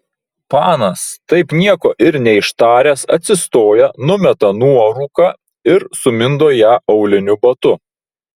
panas taip nieko ir neištaręs atsistoja numeta nuorūką ir sumindo ją auliniu batu